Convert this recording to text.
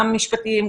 גם משפטיים,